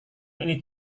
ini